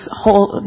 whole